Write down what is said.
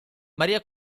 maria